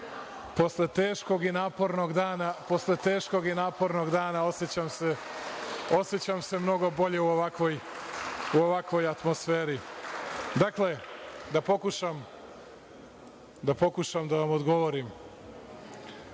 posle teškog i napornog dana osećam se mnogo bolje u ovakvoj atmosferi. Dakle, da pokušam da vam odgovorim.